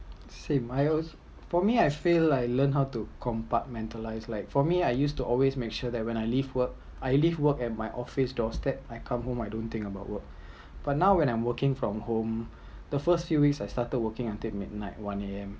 same I also for me I felt like learned how to compartmentalised like for me I used to always make sure that when I leave work I leave work at my office doorstep I come home I don’t think about work but now when I working from home the first few weeks I started working until midnight one A_M